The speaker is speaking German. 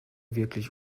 wirklich